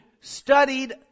studied